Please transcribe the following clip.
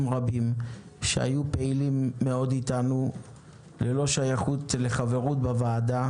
רבים שהיו פעילים מאוד אתנו ללא שייכות לחברות בוועדה